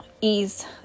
ease